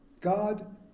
God